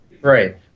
Right